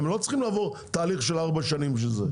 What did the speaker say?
הם לא צריכים לעבור תהליך של ארבע שנים בשביל זה.